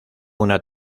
una